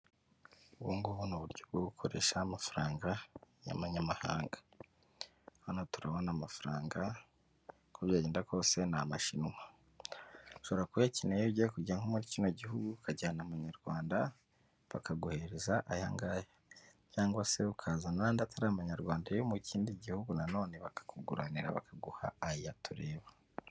Ubu ngubu ni uburyo bwo gukoresha amafaranga y'amanyamahanga, hano turabona amafaranga uko byagenda kose ni Amashinwa, ushobora kuba uyakeneye iyo kujya nko muri kino gihugu ukajyana Amanyarwanda bakaguhereza aya ngaya, cyangwa se ukazana n'andi atari Amanyarwanda yo mu kindi gihugu nanone bakakuguranira bakaguha aya tureba.